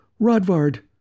Rodvard